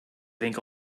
think